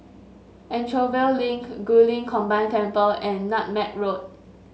Anchorvale Link Guilin Combined Temple and Nutmeg Road